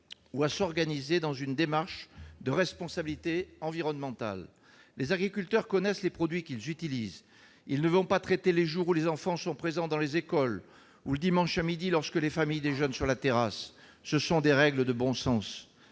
ou s'organiser dans une démarche de responsabilité environnementale. Les agriculteurs connaissent les produits qu'ils utilisent ; ils ne vont pas traiter les jours où les enfants sont présents dans les écoles ou le dimanche à midi lorsque les familles déjeunent sur la terrasse. Ce sont des règles de bon sens.